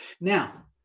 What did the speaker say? Now